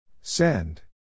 Send